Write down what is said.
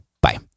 Bye